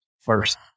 first